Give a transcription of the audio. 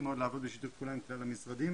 מאוד לעבוד בשיתוף פ עולה עם כלל המשרדים.